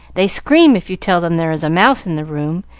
they scream if you tell them there is a mouse in the room,